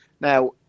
Now